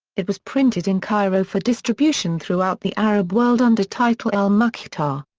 it was printed in cairo for distribution throughout the arab world under title al mukhtar.